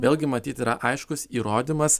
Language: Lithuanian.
vėlgi matyt yra aiškus įrodymas